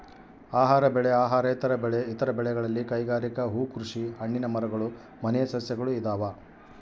ಆಹಾರ ಬೆಳೆ ಅಹಾರೇತರ ಬೆಳೆ ಇತರ ಬೆಳೆಗಳಲ್ಲಿ ಕೈಗಾರಿಕೆ ಹೂಕೃಷಿ ಹಣ್ಣಿನ ಮರಗಳು ಮನೆ ಸಸ್ಯಗಳು ಇದಾವ